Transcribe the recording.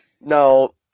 No